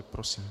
Prosím.